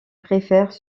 préfère